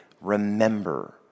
remember